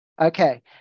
Okay